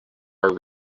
are